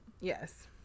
Yes